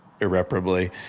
irreparably